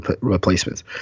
replacements